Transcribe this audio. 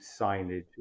signage